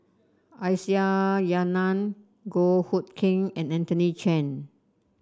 Aisyah Lyana Goh Hood Keng and Anthony Chen